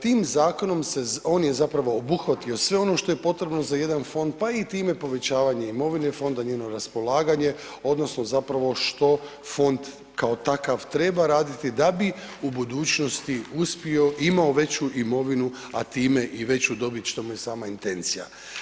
Tim zakonom se, on je zapravo obuhvatio sve ono što je potrebno za jedan fond, pa i time i povećavanje imovine fonda, njeno raspolaganje odnosno zapravo što fond kao takav treba raditi da bi u budućnosti uspio i imao veću imovinu, a time i veću dobit, što mu je sama intencija.